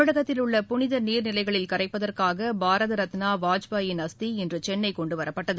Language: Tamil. தமிழகத்தில் உள்ள புனித நீர்நிலைகளில் கரைப்பதற்காக பாரத ரத்னா வாஜ்பாயின் அஸ்தி இன்று சென்னை கொண்டுவரப்பட்டது